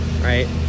right